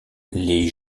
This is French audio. les